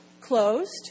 closed